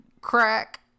crack